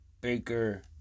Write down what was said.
Baker